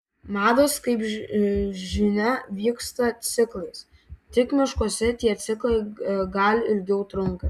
mados kaip žinia vyksta ciklais tik miškuose tie ciklai gal ilgiau trunka